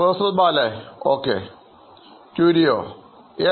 പ്രൊഫസർബാല ok Curio Yes